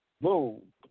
boom